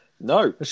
No